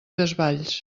desvalls